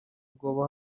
rwobo